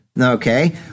Okay